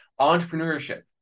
Entrepreneurship